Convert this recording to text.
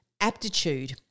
aptitude